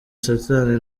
satani